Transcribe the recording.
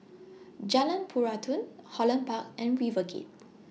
Jalan Peradun Holland Park and RiverGate